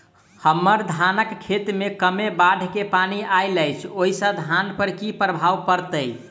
हम्मर धानक खेत मे कमे बाढ़ केँ पानि आइल अछि, ओय सँ धान पर की प्रभाव पड़तै?